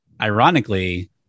ironically